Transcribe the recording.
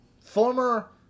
Former